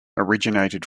originated